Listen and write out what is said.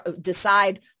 decide